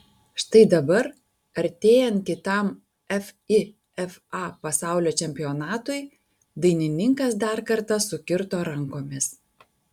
štai dabar artėjant kitam fifa pasaulio čempionatui dainininkas dar kartą sukirto rankomis